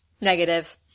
Negative